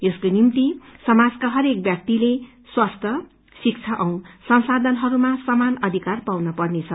यसको निम्ति समाजका हरेक व्यलि स्वास्थ्य शिक्षा औ संसाधनहरूमा सम्मान अधिकार पाउन पर्नेछ